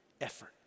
effort